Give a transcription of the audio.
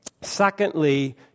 secondly